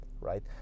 right